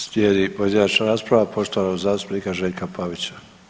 Slijedi pojedinačna rasprava poštovanog zastupnika Željka Pavića.